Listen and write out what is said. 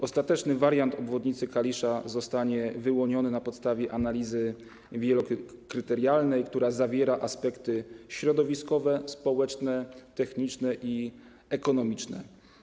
Ostateczny wariant obwodnicy Kalisza zostanie wyłoniony na podstawie analizy wielokryterialnej, która zawiera aspekty środowiskowe, społeczne, techniczne i ekonomiczne.